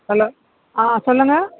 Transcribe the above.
hello ஆ சொல்லுங்கள்